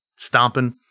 Stomping